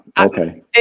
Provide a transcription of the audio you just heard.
Okay